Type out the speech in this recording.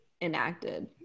enacted